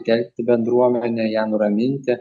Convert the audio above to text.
telkti bendruomenę ją nuraminti